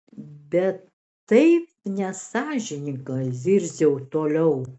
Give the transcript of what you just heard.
bet taip nesąžininga zirziau toliau